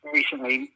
recently